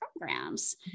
programs